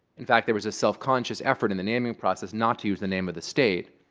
in fact, there was a self-conscious effort in the naming process not to use the name of the state,